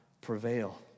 prevail